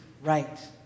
right